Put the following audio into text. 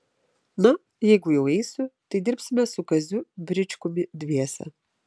na jeigu jau eisiu tai dirbsime su kaziu bričkumi dviese